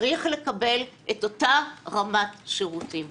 צריך לקבל אותה רמת שירותים.